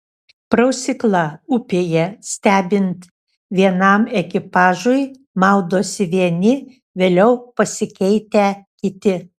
prausykla upėje stebint vienam ekipažui maudosi vieni vėliau pasikeitę kiti